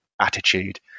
attitude